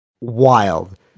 Wild